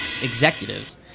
executives